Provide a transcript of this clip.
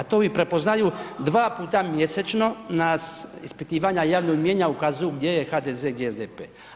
A to i prepoznaju dva puta mjesečno nas ispitivanja javnog mijenja ukazuju gdje je HDZ, gdje SDP.